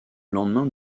lendemain